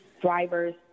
drivers